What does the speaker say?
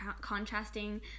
contrasting